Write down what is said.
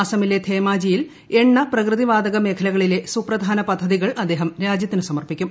അസമിലെ ധേമാജിയിൽ എണ്ണ പ്രകൃതി വാതക മേഖലകളിലെ സൂപ്രധാന പദ്ധതികൾ അദ്ദേഹം രാജ്യത്തിന് സമർപ്പിക്കും